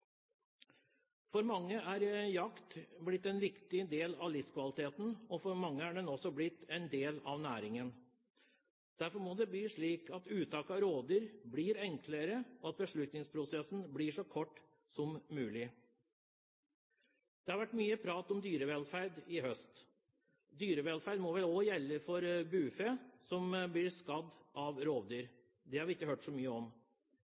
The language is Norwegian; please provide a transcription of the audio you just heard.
For mange er jakt blitt en viktig del av livskvaliteten, og for mange er den også blitt en del av næringen. Derfor må det bli slik at uttak av rovdyr blir enklere, og at beslutningsprosessen blir så kort som mulig. Det har vært mye prat om dyrevelferd i høst. Dyrevelferd må vel også gjelde for bufe som blir skadd av rovdyr. Det har vi ikke hørt så mye om.